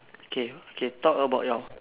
okay okay talk about your